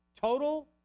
Total